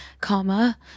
karma